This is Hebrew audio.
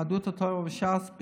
יהדות התורה וש"ס,